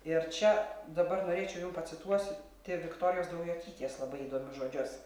ir čia dabar norėčiau jum pacituosiu viktorijos daujotytės labai įdomius žodžius